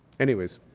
anyways,